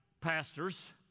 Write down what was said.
pastors